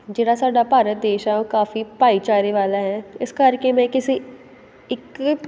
ਜਿਹੜਾ ਸਾਡਾ ਭਾਰਤ ਦੇਸ਼ ਹੈ ਉਹ ਕਾਫ਼ੀ ਭਾਈਚਾਰੇ ਵਾਲਾ ਹੈ ਇਸ ਕਰਕੇ ਮੈਂ ਕਿਸੇ ਇੱਕ